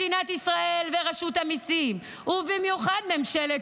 מדינת ישראל ורשות המיסים ובמיוחד ממשלת